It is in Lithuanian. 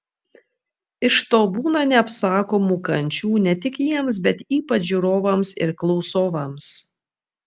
iš to būna neapsakomų kančių ne tik jiems bet ypač žiūrovams ir klausovams